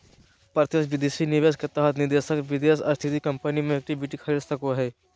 प्रत्यक्ष विदेशी निवेश के तहत निवेशक विदेश स्थित कम्पनी मे इक्विटी खरीद सको हय